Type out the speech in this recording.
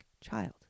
child